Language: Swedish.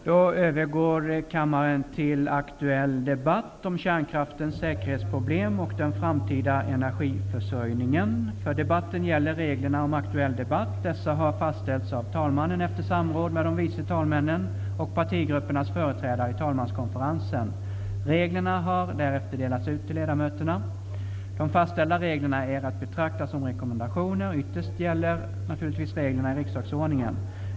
Dessa har fastställts av talmannen efter samråd med de vice talmännen och partigruppernas företrädare i talmanskonferensen. Reglerna har därefter delats ut till ledamöterna. De fastställda reglerna är att betrakta som rekommendationer. Ytterst gäller reglerna i rikdagsordningen.